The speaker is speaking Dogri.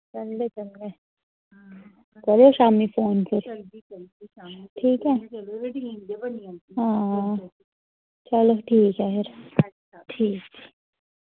चलने चलने करेओ शाम्मी फोन फिर ठीक ऐ हां चलो ठीक ऐ फिर अच्छा ठीक